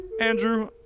Andrew